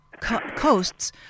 coasts